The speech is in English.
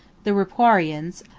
the ripuarians,